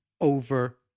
over